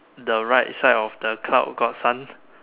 the right side of the cloud got sun